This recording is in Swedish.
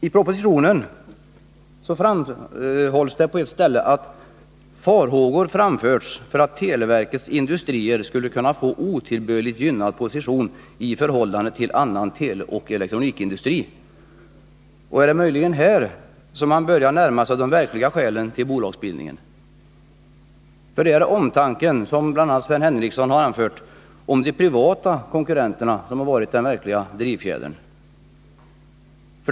I propositionen framhålls på ett ställe att farhågor framförts för att televerkets industrier skulle kunna få otillbörligt gynnad position i förhållande till annan teleoch elektronikindustri. Är det möjligen här man börjar närma sig de verkliga skälen till bolagsbildningen? Har denna omtanke — som bl.a. Sven Henricsson talat om — om de privata konkurrenterna varit den verkliga drivfjädern?